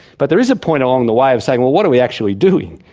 but there is a point along the way of saying, well, what are we actually doing?